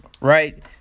Right